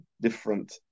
different